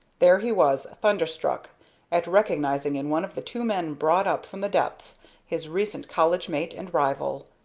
there he was thunderstruck at recognizing in one of the two men brought up from the depths his recent college-mate and rival.